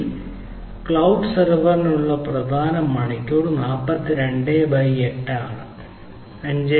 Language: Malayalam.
അതിനാൽ ക്ലൌഡ് സെർവറിനുള്ള പ്രധാന മണിക്കൂർ 42 ബൈ 8 ആണ് 5